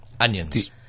Onions